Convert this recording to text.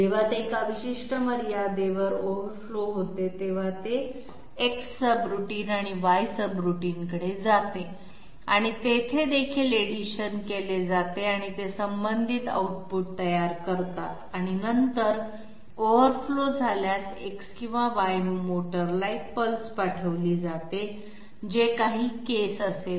जेव्हा ते एका विशिष्ट मर्यादेवर ओव्हरफ्लो होते तेव्हा ते X सबरूटीन आणि Y सबरूटीनकडे जाते आणि तेथे देखील एडिशन केली जाते आणि ते संबंधित आउटपुट तयार करतात आणि नंतर ओव्हरफ्लो झाल्यास X किंवा Y मोटरला एक पल्स पाठविली जाते जे काही केस असेल